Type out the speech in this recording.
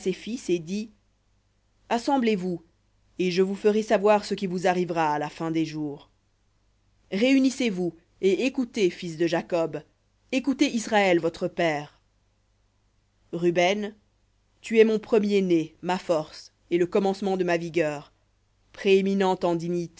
et dit assemblez vous et je vous ferai savoir ce qui vous arrivera à la fin des jours réunissez vous et écoutez fils de jacob écoutez israël votre père ruben tu es mon premier-né ma force et le commencement de ma vigueur prééminent